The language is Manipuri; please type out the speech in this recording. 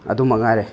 ꯑꯗꯨ ꯃꯉꯥꯏꯔꯦ